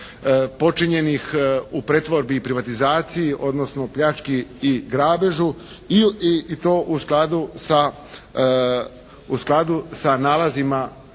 počinjenih u pretvorbi i privatizaciji, odnosno pljački i grabežu i to u skladu sa nalazima